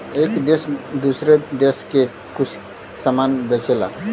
एक देस दूसरे देस के कुछ समान बेचला